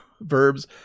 verbs